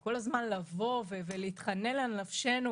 כל הזמן לבוא ולהתחנן על נפשנו,